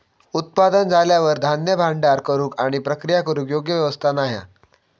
उत्पादन झाल्यार धान्य भांडार करूक आणि प्रक्रिया करूक योग्य व्यवस्था नाय हा